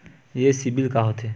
ये सीबिल का होथे?